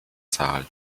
zahl